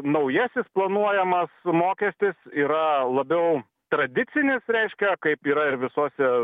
naujasis planuojamas mokestis yra labiau tradicinis reiškia kaip yra ir visose